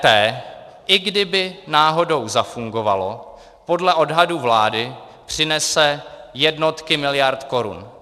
EET, i kdyby náhodou zafungovalo, podle odhadů vlády přinese jednotky miliard korun.